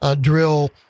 drill